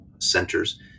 centers